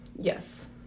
Yes